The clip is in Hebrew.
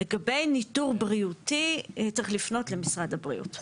לגבי ניטור בריאותי צריך לפנות למשרד הבריאות.